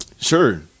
Sure